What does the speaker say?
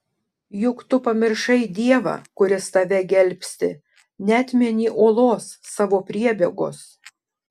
juk tu pamiršai dievą kuris tave gelbsti neatmeni uolos savo priebėgos